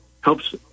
Helps